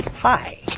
hi